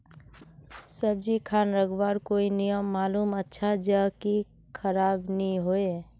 सब्जी खान रखवार कोई नियम मालूम अच्छा ज की खराब नि होय?